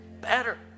better